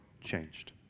changed